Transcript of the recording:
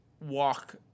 walk